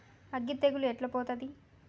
అగ్గి తెగులు ఎట్లా పోతది?